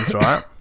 right